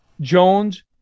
Jones